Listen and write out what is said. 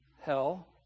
hell